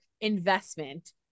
investment